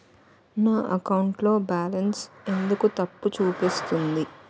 నా అకౌంట్ లో బాలన్స్ ఎందుకు తప్పు చూపిస్తుంది?